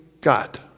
God